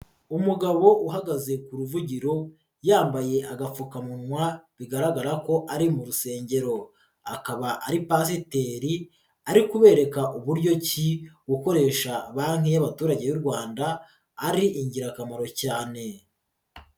Umugabo uhagaze ku ruvugiro yambaye agafukamunwa bigaragara ko ari mu rusengero, akaba ari pasiteri ari kubereka uburyo ki gukoresha banki y'abaturage y'u Rwanda ari ingirakamaro cyane.